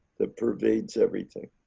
that pervades everything